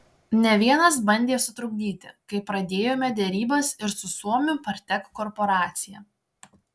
ne vienas bandė sutrukdyti kai pradėjome derybas ir su suomių partek korporacija